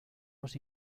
los